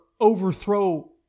overthrow